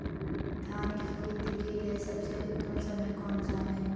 धान की खेती के लिए सबसे उत्तम समय कौनसा है?